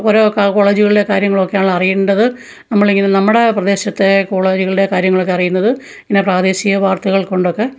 ഓരോ കോളേജുകളിലെ കാര്യങ്ങളൊക്കെയാണ് അറിയേണ്ടത് നമ്മളിങ്ങനെ നമ്മുടെ പ്രദേശത്തെ കോളേജുകളിലെ കാര്യങ്ങളൊക്കെ അറിയുന്നത് ഇങ്ങനെ പ്രാദേശിക വാർത്തകൾ കൊണ്ടൊക്കെ